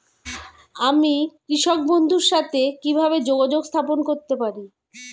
আমি কৃষক বন্ধুর সাথে কিভাবে যোগাযোগ স্থাপন করতে পারি?